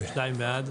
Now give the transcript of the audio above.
הצבעה בעד,